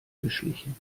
geschlichen